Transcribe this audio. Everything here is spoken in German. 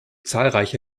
zahlreiche